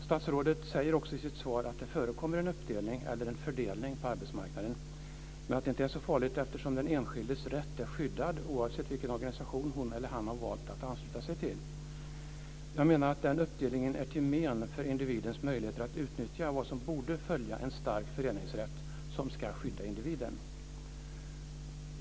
Statsrådet sade också i sitt svar att det förekommer en uppdelning eller fördelning på arbetsmarknaden, men att det inte är så farligt eftersom den enskildes rätt är skyddad oavsett vilken organisation hon eller han har valt att ansluta sig till. Jag menar att den uppdelningen är till men för individens möjligheter att utnyttja vad som borde följa en stark föreningsrätt som ska skydda individen.